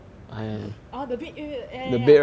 orh the bed area ya ya ya